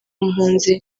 mpunzi